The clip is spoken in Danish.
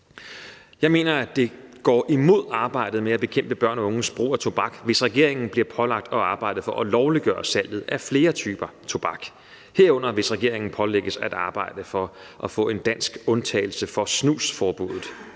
Jeg mener, at det går imod arbejdet med at bekæmpe børn og unges brug af tobak, hvis regeringen bliver pålagt at arbejde for at lovliggøre salget af flere typer tobak, herunder hvis regeringen pålægges at arbejde for at få en dansk undtagelse fra snusforbuddet.